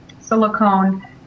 silicone